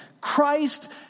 Christ